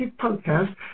Podcast